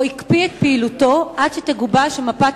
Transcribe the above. או הקפיא את פעילותו עד שתגובש מפת